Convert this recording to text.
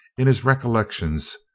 in his recollections,